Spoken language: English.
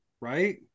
right